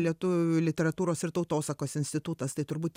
lietuvių literatūros ir tautosakos institutas tai turbūt